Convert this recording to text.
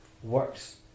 works